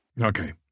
Okay